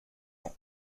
ans